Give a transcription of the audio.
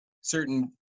certain